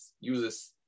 uses